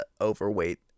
overweight